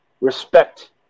respect